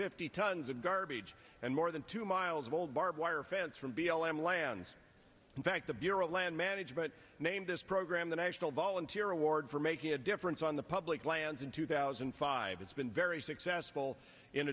fifty tons of garbage and more than two miles of old barbed wire fence from b l m lands in fact the bureau of land management named this program the national volunteer award for making a difference on the public lands in two thousand and five it's been very successful in